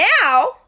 now